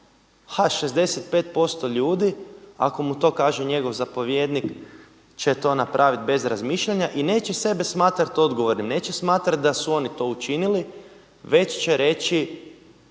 a 65% ljudi ako mu to kaže njegov zapovjednik će to napravit bez razmišljanja i neće sebe smatrat odgovornim, neće smatrat da su oni to učinili već će reći